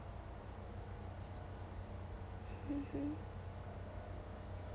mmhmm